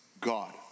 God